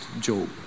Job